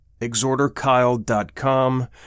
ExhorterKyle.com